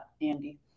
andy